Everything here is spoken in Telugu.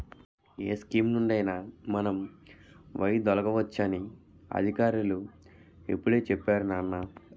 ఏ స్కీమునుండి అయినా మనం వైదొలగవచ్చు అని అధికారులు ఇప్పుడే చెప్పేరు నాన్నా